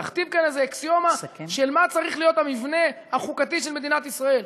להכתיב כאן איזו אקסיומה של מה צריך להיות המבנה החוקתי של מדינת ישראל,